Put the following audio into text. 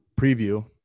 preview